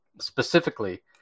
specifically